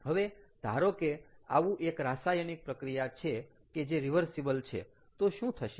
હવે ધારો કે આવું એક રાસાયણિક પ્રક્રિયા છે કે જે રીવર્સીબલ છે તો શું થશે